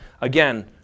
Again